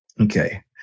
Okay